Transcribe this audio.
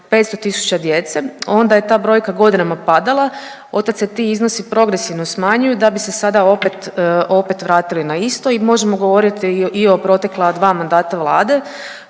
500 tisuća djece, onda je ta brojka godinama padala, od tad se ti iznosi progresivno smanjuju da bi se sada opet, opet vratili na isto i možemo govoriti i o protekla dva mandata Vlade,